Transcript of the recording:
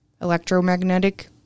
electromagnetic